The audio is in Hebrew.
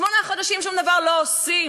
שמונה חודשים, שום דבר לא עושים.